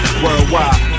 worldwide